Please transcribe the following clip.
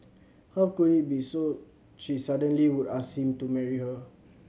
how could it be so she suddenly would ask him to marry her